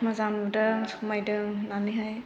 मोजां नुदों समायदों होननानैहाय